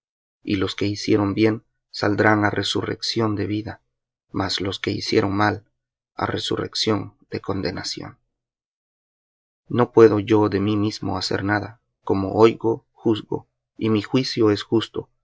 y los que hicieron bien saldrán á resurrección de vida mas los que hicieron mal á resurrección de condenación no puedo yo de mí mismo hacer nada como oigo juzgo y mi juicio es justo